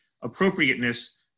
appropriateness